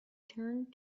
turned